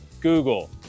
google